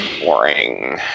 boring